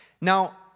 Now